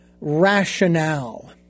rationale